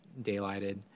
daylighted